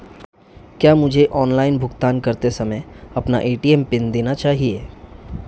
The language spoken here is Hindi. क्या मुझे ऑनलाइन भुगतान करते समय अपना ए.टी.एम पिन देना चाहिए?